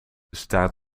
staat